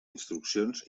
instruccions